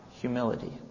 humility